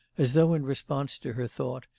as though in response to her thought,